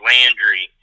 Landry